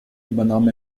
übernahm